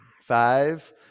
Five